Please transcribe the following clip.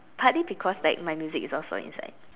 partly because like my music is also inside